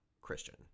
Christian